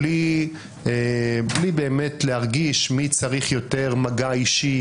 בלי באמת להרגיש מי צריך יותר מגע אישי,